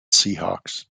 seahawks